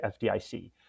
FDIC